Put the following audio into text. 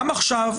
גם עכשיו,